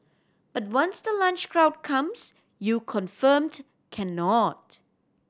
but once the lunch crowd comes you confirmed cannot